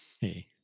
Hey